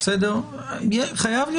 צריך להיות ברור שכאן יש חריג,